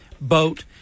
boat